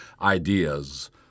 ideas